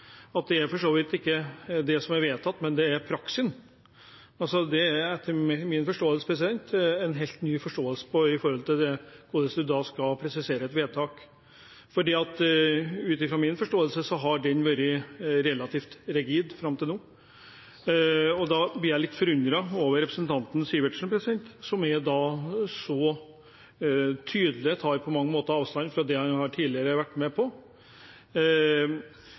– at det for så vidt ikke er det som er vedtatt, men at det er praksisen. Det må da være en helt ny forståelse av hvordan en skal presisere et vedtak, for ut fra min forståelse har den vært relativt rigid fram til nå. Da blir jeg litt forundret over representanten Sivertsen. som nå så tydelig på mange måter tar avstand fra det han tidligere har vært med på.